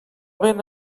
ben